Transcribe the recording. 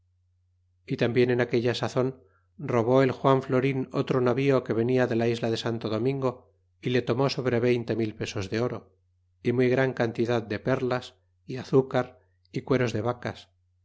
y tambien en aquella sazon robó el juan florin otro navío que venia de la isla de santo domingo y le tomó sobre veinte velazquez para enviársele á castilla para que allá su magestad le mandase castigar porque mil pesos de oro y muy gran cantidad de perlas y azucar y cueros de vacas